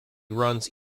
runs